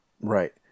Right